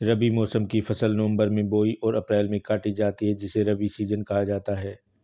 रबी मौसम की फसल नवंबर में बोई और अप्रैल में काटी जाती है जिसे रबी सीजन कहा जाता है